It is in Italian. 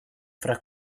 fra